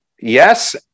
Yes